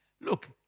Look